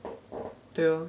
对咯